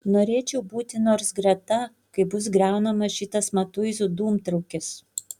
norėčiau būti nors greta kai bus griaunamas šitas matuizų dūmtraukis